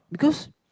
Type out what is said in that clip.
because